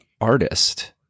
artist